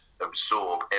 absorb